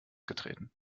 getreten